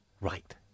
Right